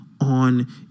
on